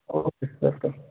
okay welcome